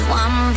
one